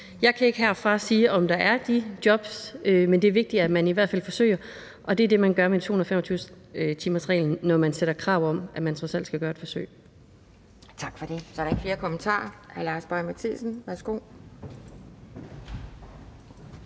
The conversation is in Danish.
Jeg kan ikke herfra sige, om der er de jobs, men det er vigtigt, at man i hvert fald forsøger. Og det er det, man gør med 225-timersreglen, når man stiller krav om, at de trods alt skal gøre et forsøg. Kl. 10:39 Anden næstformand